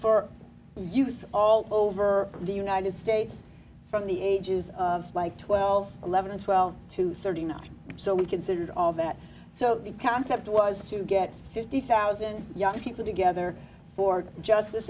youth all over the united states from the ages of like twelve eleven twelve to thirty nine so we considered all of that so the concept was to get fifty thousand young people together for justice